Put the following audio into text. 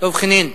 דב חנין.